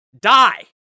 Die